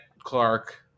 clark